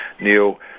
Neil